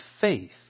faith